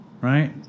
right